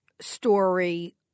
story